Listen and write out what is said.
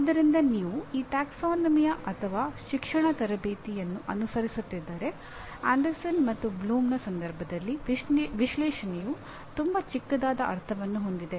ಆದ್ದರಿಂದ ನೀವು ಈ ಪ್ರವರ್ಗ ಅಥವಾ ಶಿಕ್ಷಣ ತರಬೇತಿಯನ್ನು ಅನುಸರಿಸುತ್ತಿದ್ದರೆ ಆಂಡರ್ಸನ್ ಮತ್ತು ಬ್ಲೂಮ್ನ ಸಂದರ್ಭದಲ್ಲಿ ವಿಶ್ಲೇಷಣೆಯು ತುಂಬಾ ಚಿಕ್ಕದಾದ ಅರ್ಥವನ್ನು ಹೊಂದಿದೆ